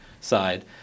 side